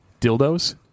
dildos